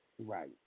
Right